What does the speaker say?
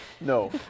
No